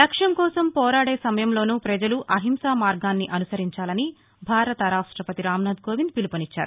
లక్ష్యం కోసం పోరాదే సమయంలోనూ ప్రజలు అహింసా మార్గాన్ని అనుసరించాలని భారత రాష్ట పతి రామ్ నాధ్ కోవింద్ పిలుపునిచ్చారు